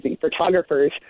photographers